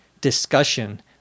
discussion